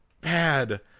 bad